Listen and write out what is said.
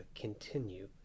continue